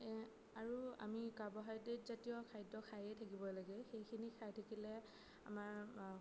আৰু আমি কাৰ্বহাইড্ৰেট জাতীয় খাদ্য খায়েই থাকিব লাগে সেইখিনি খাই থাকিলে আমাৰ